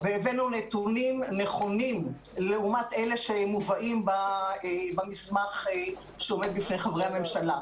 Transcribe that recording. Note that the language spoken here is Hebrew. והבאנו נתונים נכונים לעומת אלה שמובאים במסמך שעומד בפני חברי הממשלה.